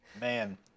Man